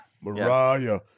Mariah